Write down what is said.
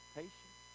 patience